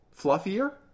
fluffier